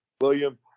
William